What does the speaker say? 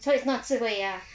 so it's not 智慧牙